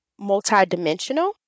multidimensional